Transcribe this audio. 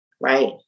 right